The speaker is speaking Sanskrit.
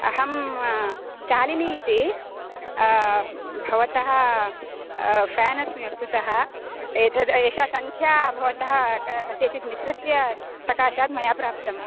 अहं शालिनी इति भवतः फ़ेन् अस्मि वस्तुतः एतत् एषा सङ्ख्या भवतः क कस्यचित् मित्रस्य सकाशात् मया प्राप्तम्